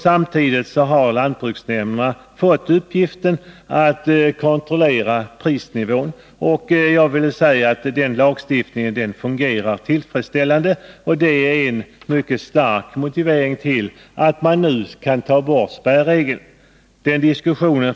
Samtidigt har lantbruksnämnderna fått i uppgift att kontrollera prisnivån. Den lagstiftningen fungerar tillfredsställande, och det är en mycket stark motivering till att man nu kan ta bort regeln.